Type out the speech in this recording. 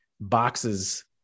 boxes